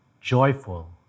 joyful